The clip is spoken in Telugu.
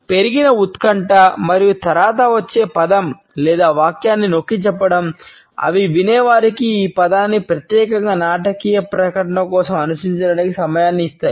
పెరిగిన ఉత్కంఠ మరియు తరువాత వచ్చే పదం లేదా వాక్యాన్ని నొక్కిచెప్పడం అవి వినేవారికి ఈ పదాన్ని ప్రత్యేకంగా నాటకీయ ప్రకటన కోసం అనుసరించడానికి సమయాన్ని ఇస్తాయి